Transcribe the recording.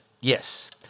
yes